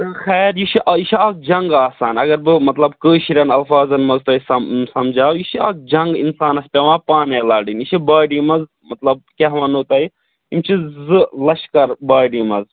خیر یہِ چھُ یہِ چھُ اَکھ جَنٛگ آسان اگر بہٕ مطلب کٲشرٮ۪ن اَلفاظَن منٛز تۄہہِ سَم سَمجاو یہِ چھِ اَکھ جَنٛگ اِنسانَس پیٚوان پانَے لَڑٕنۍ یہِ چھِ باڈی منٛز مطلب بہٕ کیٛاہ وَنو تۄہہِ یِم چھِ زٕ لَشکَر باڈی منٛز